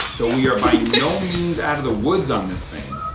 though we are by no means out of the woods on this thing,